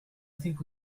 think